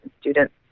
students